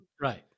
right